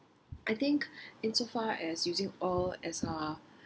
I think in so far as using oil as ah